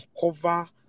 cover